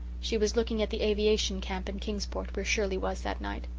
she was looking at the aviation camp in kingsport where shirley was that night.